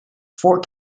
four